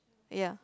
ya